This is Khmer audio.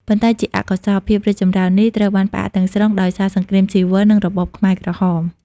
ប៉ុន្តែជាអកុសល ភាពរីកចម្រើននេះត្រូវបានផ្អាកទាំងស្រុងដោយសារសង្គ្រាមស៊ីវិល និងរបបខ្មែរក្រហម។